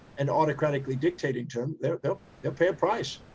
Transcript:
and autocratically dictating to them, they'll pay a price,